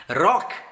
rock